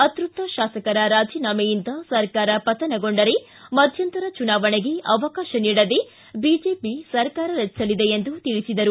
ಅತೃಪ್ತ ಶಾಸಕರ ರಾಜೀನಾಮೆಯಿಂದ ಸರ್ಕಾರ ಪತನಗೊಂಡರೆ ಮಧ್ಯಂತರ ಚುನಾವಣೆಗೆ ಅವಕಾಶ ನೀಡದೇ ಬಿಜೆಪಿ ಸರ್ಕಾರ ರಚಿಸಲಿದೆ ಎಂದು ತಿಳಿಸಿದರು